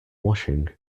washing